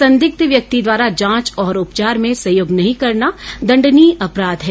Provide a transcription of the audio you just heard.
संदिग्ध व्यक्ति द्वारा जांच और उपचार में सहयोग नही करना दंडनीय अपराध है